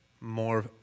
more